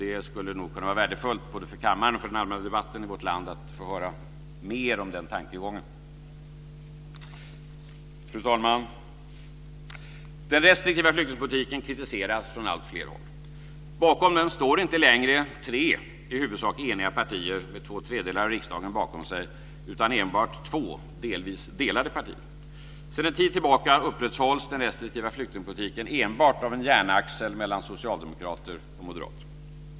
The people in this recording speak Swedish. Det skulle nog kunna vara värdefullt både för kammaren och för den allmänna debatten i vårt land att få höra mer om den tankegången. Fru talman! Den restriktiva flyktingpolitiken kritiseras från alltfler håll. Bakom den står inte längre tre i huvudsak eniga partier med två tredjedelar av riksdagen bakom sig, utan enbart två delvis delade partier. Sedan en tid tillbaka upprätthålls den restriktiva flyktingpolitiken enbart av en järnaxel mellan socialdemokrater och moderater.